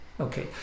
Okay